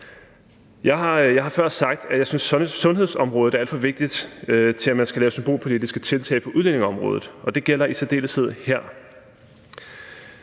Jeg har før sagt, at jeg syntes, sundhedsområdet er alt for vigtigt til, at man skal lave symbolpolitiske tiltag på udlændingeområdet, og det gælder i særdeleshed her.